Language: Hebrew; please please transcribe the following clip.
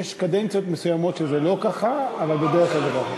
יש קדנציות מסוימות שזה לא ככה, אבל בדרך כלל.